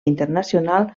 internacional